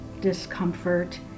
discomfort